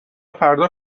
فردا